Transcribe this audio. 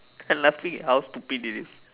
laughing at how stupid this is